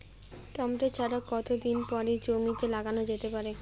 Tomato চারা কতো দিন পরে জমিতে লাগানো যেতে পারে?